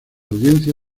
audiencia